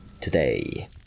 today